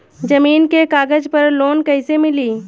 जमीन के कागज पर लोन कइसे मिली?